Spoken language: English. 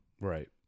Right